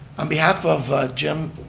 on behalf of jim,